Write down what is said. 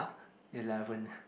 eleven